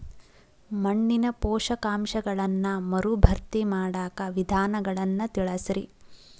ಮಣ್ಣಿನ ಪೋಷಕಾಂಶಗಳನ್ನ ಮರುಭರ್ತಿ ಮಾಡಾಕ ವಿಧಾನಗಳನ್ನ ತಿಳಸ್ರಿ